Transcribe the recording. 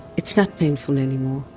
it's not painful anymore.